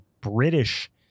British